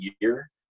year